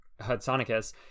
Hudsonicus